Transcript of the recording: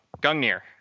Gungnir